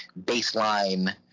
baseline